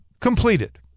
completed